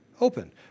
open